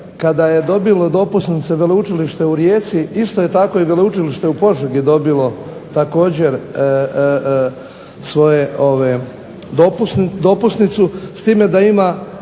kada je dobilo dopusnice Veleučilište u Rijeci isto je tako i Veleučilište u Požegi dobilo također svoje dopusnicu s time da ima